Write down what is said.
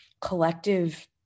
collective